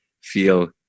feel